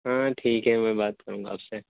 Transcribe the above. ہاں ٹھیک ہے میں بات کروں گا آپ سے